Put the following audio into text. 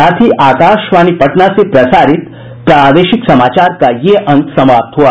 इसके साथ ही आकाशवाणी पटना से प्रसारित प्रादेशिक समाचार का ये अंक समाप्त हुआ